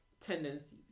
tendencies